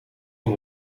van